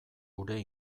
gure